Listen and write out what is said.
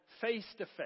face-to-face